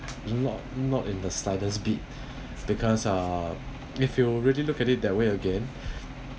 not not in the slightest bit because uh if you really look at it that way again